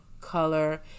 color